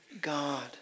God